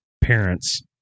parents